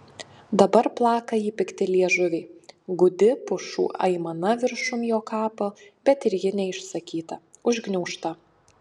dabar plaka jį pikti liežuviai gūdi pušų aimana viršum jo kapo bet ir ji neišsakyta užgniaužta